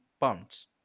pounds